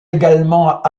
également